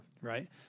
Right